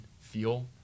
feel